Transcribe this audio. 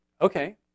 Okay